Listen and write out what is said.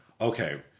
Okay